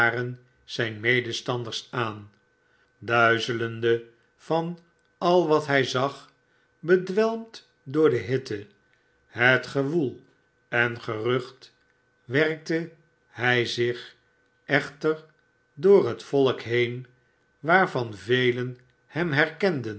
zijn medestanders aan duizelende van al wat hij zag bedwelmd door de hitte het gewoel en gerucht werkte hij zich echter door het volk heen waarvan velen